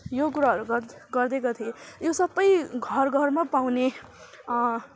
यो कुराहरू गर्दा गर्दै गर्दै यो सबै घर घरमा पाउने